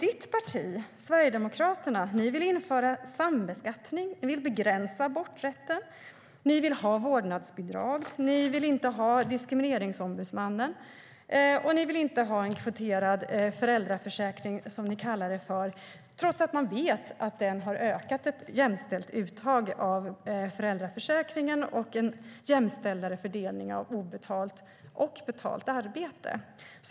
Ditt parti, Sverigedemokraterna, vill införa sambeskattning, ni vill begränsa aborträtten, ni vill ha vårdnadsbidrag, ni vill inte ha Diskrimineringsombudsmannen och ni vill inte ha en kvoterad föräldraförsäkring, som ni kallar det för, trots att man vet att den har ökat ett jämställt uttag av föräldraförsäkringen och en mer jämställd fördelning av obetalt och betalt arbete.